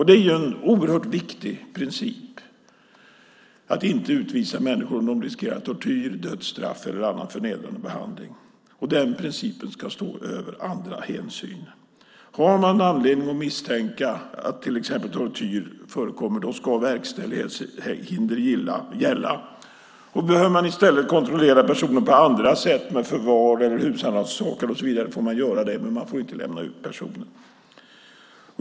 Det är en oerhört viktig princip att inte utvisa människor om de riskerar tortyr, dödsstraff eller annan förnedrande behandling. Den principen ska stå över andra hänsyn. Har man anledning att misstänka att till exempel tortyr förekommer ska verkställighetshinder gälla. Och behöver man i stället kontrollera personer på andra sätt med förvar och husrannsakan får man göra det, men man får inte lämna ut personen.